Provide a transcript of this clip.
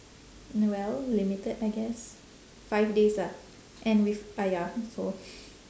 well limited I guess five days ah and with ayah so